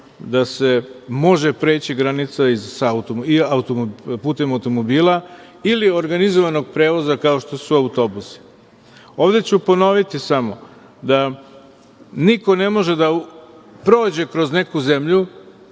da se može preći granica putem automobila ili organizovanog prevoza kao što su autobusi. Ovde ću ponoviti samo da niko ne može da prođe kroz neku zemlju,